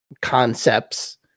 concepts